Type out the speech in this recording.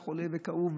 כשהוא היה חולה וכאוב,